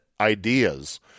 ideas